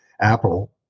apple